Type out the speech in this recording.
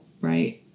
right